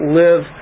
live